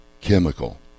chemical